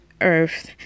earth